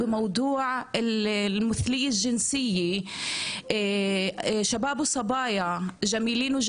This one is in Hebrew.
אני כמובן רוצה קודם כל לציין לפרוטוקול ידיעה כל כך חשובה מטעמנו,